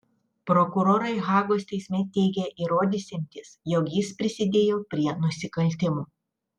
prokurorai hagos teisme teigė įrodysiantys jog jis prisidėjo prie nusikaltimų